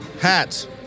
Hats